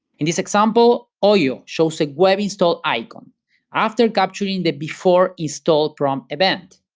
in this example, oyo shows a web install icon after capturing the before install prompt event.